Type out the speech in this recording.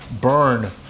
Burn